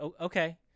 okay